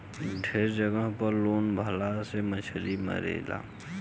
ढेरे जगह पर लोग भाला से मछली मारेला